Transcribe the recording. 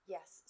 Yes